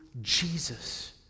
Jesus